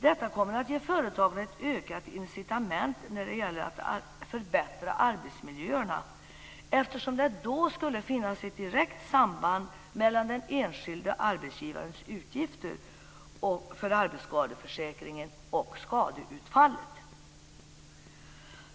Detta kommer att ge företagen ett ökat incitament att förbättra arbetsmiljöerna, eftersom det då skulle finnas ett direkt samband mellan den enskilde arbetsgivarens utgifter för arbetsskadeförsäkringen och skadeutfallet.